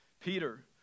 Peter